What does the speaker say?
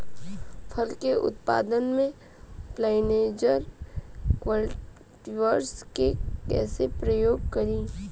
फल के उत्पादन मे पॉलिनाइजर कल्टीवर्स के कइसे प्रयोग करी?